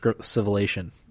Civilization